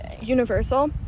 Universal